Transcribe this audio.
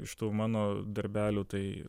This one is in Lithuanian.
iš tų mano darbelių tai